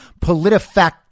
politifact